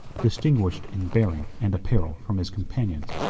distinguished in bearing and apparel from his companions,